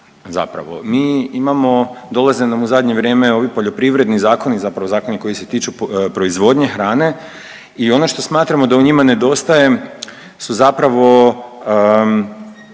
zapravo. Mi imamo, dolaze nam u zadnje vrijeme ovi poljoprivredni zakoni, zapravo zakoni koji se tiču proizvodnje hrane i ono što smatramo da u njima nedostaje su zapravo